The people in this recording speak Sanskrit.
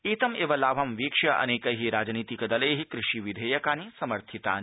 एतमेव लाभं वीक्ष्य अनेकै राजनीतिक दलै कृषि विधेयकानि समर्थितानि